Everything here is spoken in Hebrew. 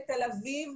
לתל אביב,